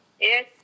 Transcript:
Yes